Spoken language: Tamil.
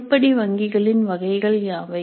உருப்படி வங்கிகளின் வகைகள் யாவை